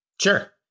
Sure